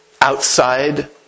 Outside